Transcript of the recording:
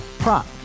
Prop